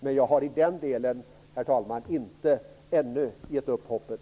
Men jag har i den delen, herr talman, ännu inte gett upp hoppet.